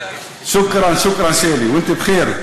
שוכראן, שוכראן, שלי, ואנתום בח'יר.